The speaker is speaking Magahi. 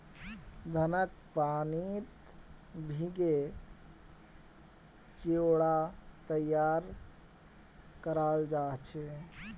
धानक पानीत भिगे चिवड़ा तैयार कराल जा छे